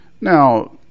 now